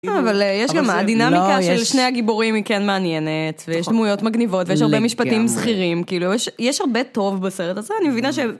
אבל יש גם הדינמיקה של שני הגיבורים היא כן מעניינת, ויש דמויות מגניבות, ויש הרבה משפטים זכירים, כאילו, יש הרבה טוב בסרט הזה, אני מבינה ש...